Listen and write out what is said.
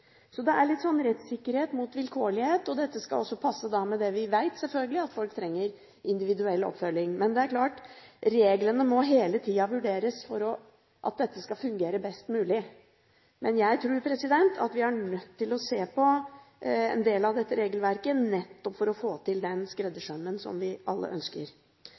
Så det er litt sånn rettssikkerhet mot vilkårlighet. Dette skal også passe med det vi selvfølgelig vet: at folk trenger individuell oppfølging. Reglene må hele tiden vurderes for at dette skal fungere best mulig, men jeg tror vi er nødt til å se på en del av dette regelverket, nettopp for å få til den skreddersømmen som vi alle ønsker.